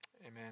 amen